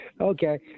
Okay